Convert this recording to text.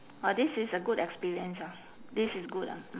orh this is a good experience ah this is good ah mm